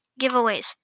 Giveaways